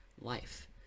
life